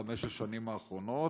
בחמש השנים האחרונות?